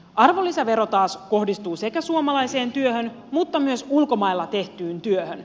arvonlisävero taas kohdistuu suomalaiseen työhön mutta myös ulkomailla tehtyyn työhön